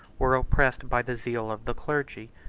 were oppressed by the zeal of the clergy,